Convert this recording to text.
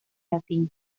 latín